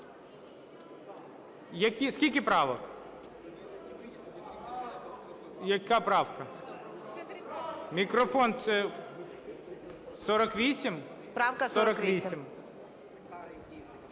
Яка правка? Мікрофон. 48?